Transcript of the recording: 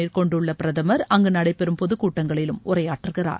மேற்கொண்டுள்ள வடகிழக்கு நடைபெறும் பொதுக்கூட்டங்களிலும் உரையாற்றுகிறார்